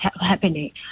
happening